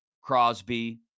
Crosby